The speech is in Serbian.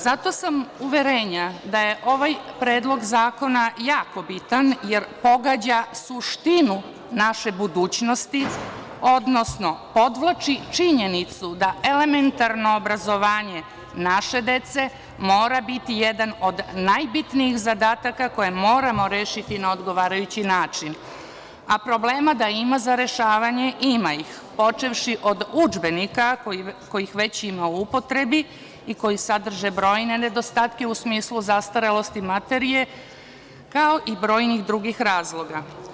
Zato sam uverenja da je ovaj Predlog zakona jako bitan, jer pogađa suštinu naše budućnosti, odnosno podvlači činjenicu da elementarno obrazovanje naše dece mora biti jedan od najbitnijih zadataka koji moramo rešiti na odgovarajući način, a problema da ima za rešavanje, ima ih, počevši od udžbenika kojih već ima u upotrebi i koji sadrže brojne nedostatke u smislu zastarelosti materije, kao i brojnih drugih razloga.